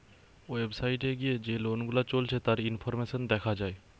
website এ গিয়ে যে লোন গুলা চলছে তার ইনফরমেশন দেখা যায়